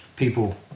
People